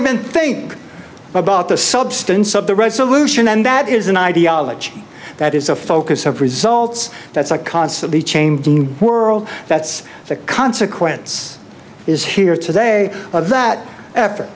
meant think about the substance of the resolution and that is an ideology that is a focus of results that's a constantly changing world that's the consequence is here today of that effort